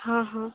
ହଁ ହଁ